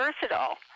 versatile